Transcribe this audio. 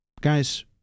guys